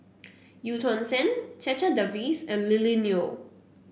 Eu Tong Sen Checha Davies and Lily Neo